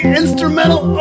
instrumental